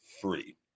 free